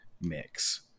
mix